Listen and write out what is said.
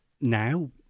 now